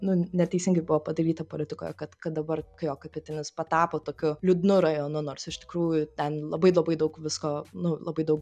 nu neteisingai buvo padaryta politikoje kad kad dabar kai jo kai pietinis patapo tokiu liūdnu rajonu nors iš tikrųjų ten labai labai daug visko nu labai daug